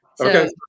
Okay